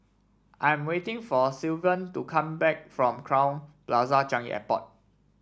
I am waiting for Sylvan to come back from Crowne Plaza Changi Airport